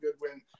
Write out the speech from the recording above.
Goodwin